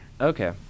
Okay